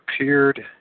appeared